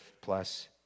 plus